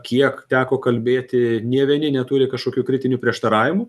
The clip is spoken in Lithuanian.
kiek teko kalbėti nė vieni neturi kažkokių kritinių prieštaravimų